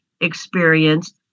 experienced